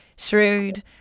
Shrewd